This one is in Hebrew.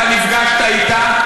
אתה נפגשת אתה,